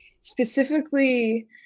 specifically